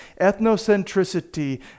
ethnocentricity